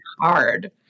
hard